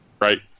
Right